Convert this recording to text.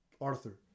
Arthur